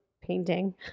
painting